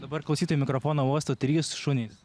dabar klausytojai mikrofoną uosto trys šunys